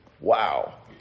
Wow